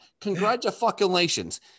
Congratulations